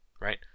right